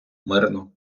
мирно